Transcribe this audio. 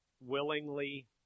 willingly